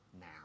now